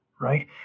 right